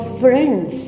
friends